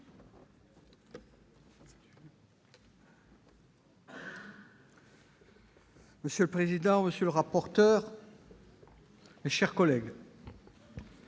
Monsieur le président, monsieur le rapporteur, mes chers collègues,